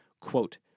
quote